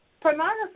pornography